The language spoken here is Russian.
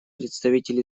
представитель